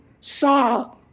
saw